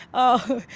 oh,